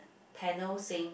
panel saying